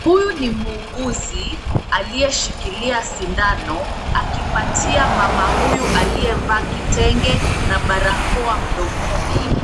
Huyu ni muuguzi aliyeshikilia sindano akipatia mama huyu aliyevaa kitenge na barakoa mdomoni